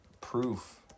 proof